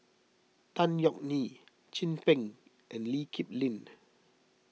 Tan Yeok Nee Chin Peng and Lee Kip Lin